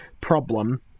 problem